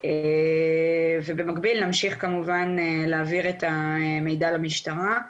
ובמקביל נמשיך כמובן להעביר את המידע למשטרה.